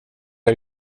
are